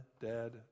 dead